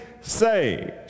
saved